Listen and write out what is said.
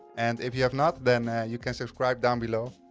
and if you have not, then you subscribe down below.